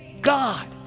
God